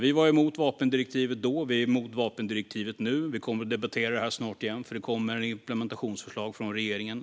Vi var emot vapendirektivet då, och vi är emot det nu. Vi kommer snart att debattera detta igen, för det kommer implementeringsförslag från regeringen.